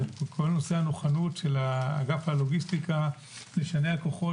אז על כל נושא המוכנות של אגף הלוגיסטיקה לשנע כוחות